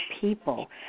people